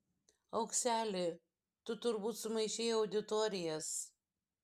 aukseli tu turbūt sumaišei auditorijas